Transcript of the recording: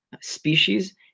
species